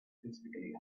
specifically